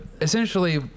essentially